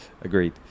agreed